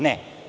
Ne.